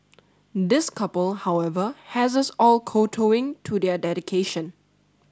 this couple however has us all kowtowing to their dedication